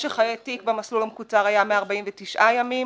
משך חיי תיק במסלול המקוצר היה 149 ימים,